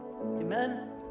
Amen